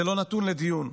זה לא נתון לדיון.